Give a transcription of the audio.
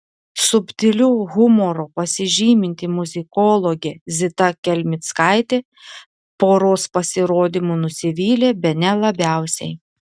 subtiliu humoru pasižyminti muzikologė zita kelmickaitė poros pasirodymu nusivylė bene labiausiai